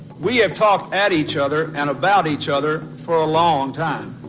we have talked at each other and about each other for a long time.